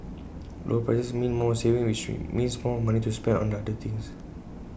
lower prices mean more savings which means more money to spend on other things